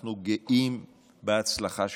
אנחנו גאים בהצלחה שלך.